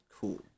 cool